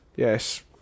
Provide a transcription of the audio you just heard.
Yes